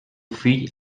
fill